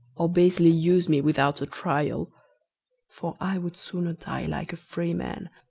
or basely use me without a trial for i would sooner die like a free man,